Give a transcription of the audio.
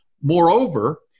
moreover